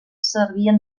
servien